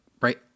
right